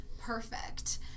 Perfect